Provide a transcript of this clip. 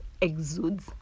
exudes